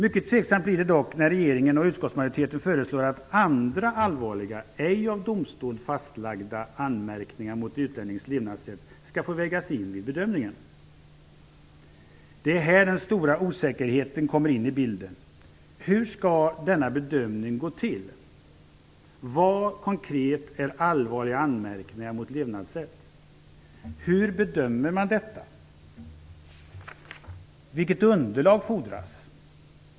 Mycket tveksamt blir det dock när regeringen och utskottsmajoriteten föreslår att andra allvarliga anmärkningar, som ej är av domstol fastlagda, mot utlänningens levnadssätt skall få vägas in vid bedömningen. Det är här den stora osäkerheten kommer in i bilden. Hur skall denna bedömning gå till? Vad konkret är allvarliga anmärkningar mot levnadssätt? Hur bedömer man detta? Vilket underlag fordras?